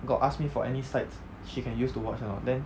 got ask me for any sites she can use to watch or not then